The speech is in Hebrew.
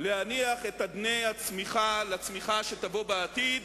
להניח את אדני הצמיחה לצמיחה שתבוא בעתיד.